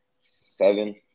seven